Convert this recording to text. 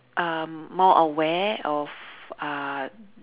um more aware of uh